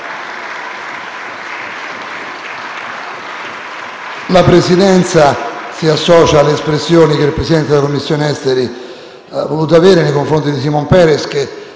La Presidenza si associa alle espressioni che il Presidente della Commissione esteri ha voluto esternare nei confronti di Shimon Peres, che